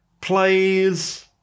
plays